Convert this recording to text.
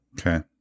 Okay